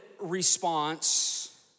response